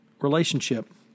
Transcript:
relationship